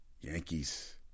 Yankees